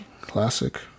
Classic